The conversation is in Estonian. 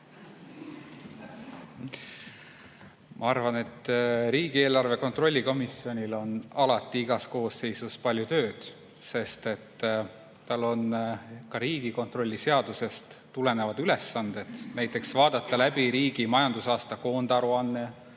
Ma arvan, et riigieelarve kontrolli [eri]komisjonil on alati igas koosseisus palju tööd, sest et tal on ka Riigikontrolli seadusest tulenevad ülesanded. Näiteks [tuleb] vaadata läbi riigi majandusaasta koondaruanne,